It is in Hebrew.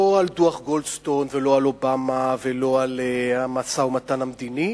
לא על דוח-גולדסטון ולא על אובמה ולא על המשא-ומתן המדיני,